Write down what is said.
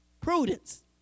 prudence